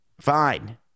fine